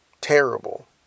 terrible